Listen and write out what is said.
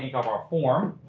ink up our form.